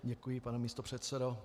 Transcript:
Děkuji, pane místopředsedo.